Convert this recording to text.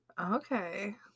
Okay